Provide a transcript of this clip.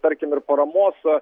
tarkim ir paramos